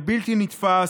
זה בלתי נתפס,